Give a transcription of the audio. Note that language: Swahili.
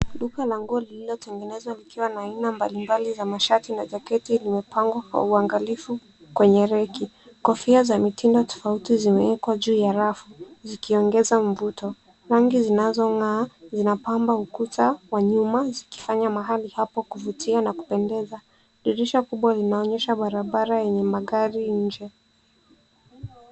Duka la nguo lililotengenezwa likiwa na aina mbalimbali za mashati na jaketi limepangwa kwa uwangalifu kwenye reki. Kofia za mitindo tofauti zimewekwa juu ya rafu zikiongeza mvuto. Rangi zinazong'aa zinapamba ukuta wa nyuma, zikifanya mahali hapo kuvutia na kupendeza. Dirisha kubwa inaonyesha barabara yenye magari nje.